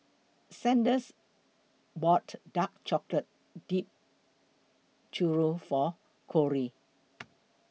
Sanders bought Dark Chocolate Dipped Churro For Cory